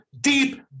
deep